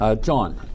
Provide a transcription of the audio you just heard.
John